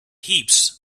heaps